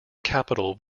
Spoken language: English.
capital